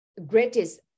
greatest